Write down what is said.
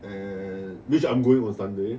and which I'm going on sunday